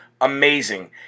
amazing